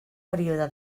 període